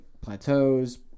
plateaus